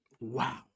Wow